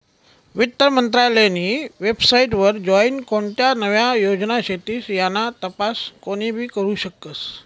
वित्त मंत्रालयनी वेबसाईट वर जाईन कोणत्या नव्या योजना शेतीस याना तपास कोनीबी करु शकस